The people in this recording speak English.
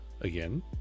again